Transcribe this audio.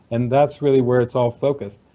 and that's really where it's all focused.